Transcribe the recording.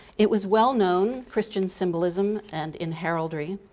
it was well known, christian symbolism and in heraldry,